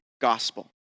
gospel